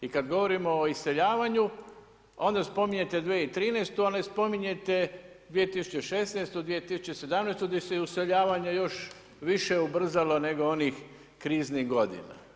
I kad govorimo o iseljavaju, onda spominjete 2013. a ne spominjete 2016., 2017. gdje se iseljavanje još više ubrzalo nego onih kriznih godina.